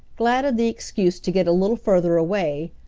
glad of the excuse to get a little further away,